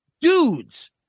Dudes